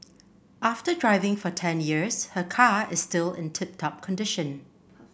after driving for ten years her car is still in tip top condition